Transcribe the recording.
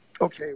okay